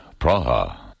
Praha